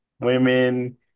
women